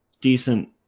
decent